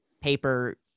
paper